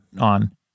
on